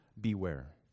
beware